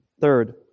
Third